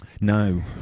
No